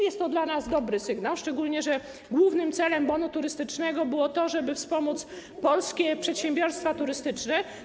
Jest to dla nas dobry sygnał, szczególnie że głównym celem bonu turystycznego było to, żeby wspomóc polskie przedsiębiorstwa turystyczne.